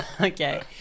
Okay